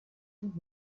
sind